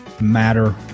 matter